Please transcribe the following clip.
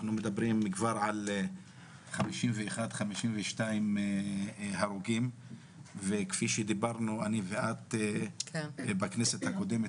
אנחנו מדברים כבר על 51-52 הרוגים וכפי שדיברנו אני ואת בכנסת הקודמת,